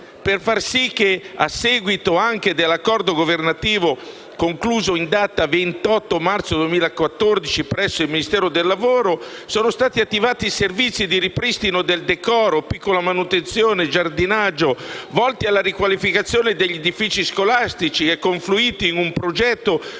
interpretate. A seguito anche dell'accordo governativo, concluso in data 28 marzo 2014 presso il Ministero del lavoro, sono stati attivati servizi di ripristino del decoro, piccola manutenzione e giardinaggio volti alla riqualificazione degli edifici scolastici e confluiti in un progetto